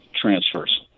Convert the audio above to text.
transfers